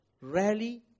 rally